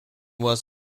was